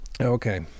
Okay